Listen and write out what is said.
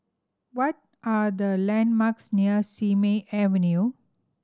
what are the landmarks near Simei Avenue